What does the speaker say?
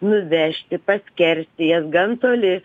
nuvežti paskersti jas gan toli